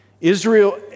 Israel